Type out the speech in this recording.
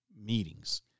meetings